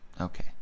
okay